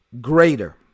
Greater